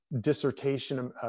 dissertation